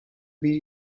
bir